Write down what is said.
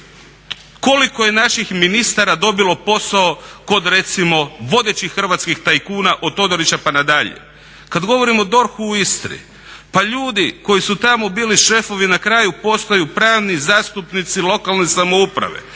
Koliko je naših ministara dobilo posao kod recimo vodećih hrvatskih tajkuna od Todorića, pa na dalje. Kad govorimo o DORH-u i Istri pa ljudi koji su tamo bili šefovi na kraju postaju pravni zastupnici lokalne samouprave.